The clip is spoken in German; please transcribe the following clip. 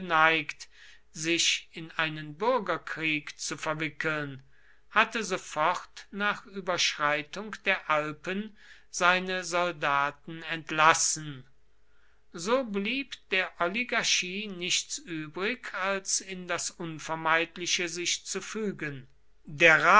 sich in einen bürgerkrieg zu verwickeln hatte sofort nach überschreitung der alpen seine soldaten entlassen so blieb der oligarchie nichts übrig als in das unvermeidliche sich zu fügen